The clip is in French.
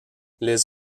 les